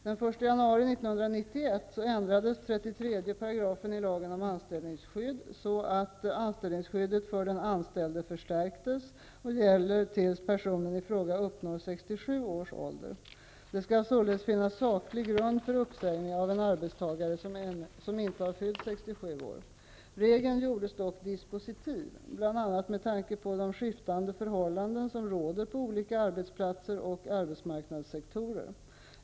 Den 1 januari 1991 ändrades 33 § i lagen om anställningsskydd så att anställningsskyddet för den anställde förstärktes och gäller tills personen i fråga uppnår 67 års ålder. Det skall således finnas saklig grund för uppsägning av en arbetstagare som inte har fyllt 67 år. Regeln gjordes dock dispositiv bl.a. med tanke på de skiftande förhållanden som råder på olika arbetsplatser och arbetsmarknadssektorer.